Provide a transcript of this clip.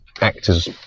actors